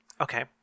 Okay